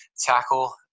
tackle